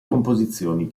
composizioni